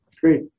Great